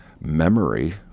memory